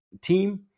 team